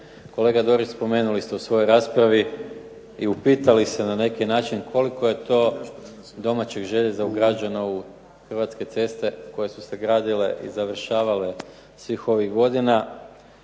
Kolega Dorić spomenuli ste u svojoj raspravi i upitali se na neki način koliko je to domaćeg željeza ugrađeno u Hrvatske ceste koje su se gradile i završavale svih ovih godina